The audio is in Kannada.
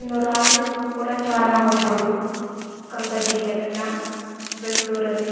ಇನ್ನೂ ರಾತ್ರಿ ಹೊತ್ತು ಕೂಡ ಚಾರಣ ಹೋಗ್ಬೋದು ಸ್ಕಂದ ಗಿರಿಯಲ್ಲೆಲ್ಲ ಬೆಂಗಳೂರಲ್ಲಿ